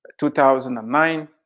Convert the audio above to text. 2009